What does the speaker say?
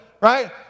Right